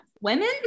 women